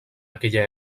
aquella